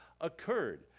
occurred